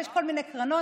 יש כל מיני קרנות,